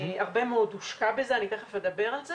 הושקע בזה הרבה מאוד.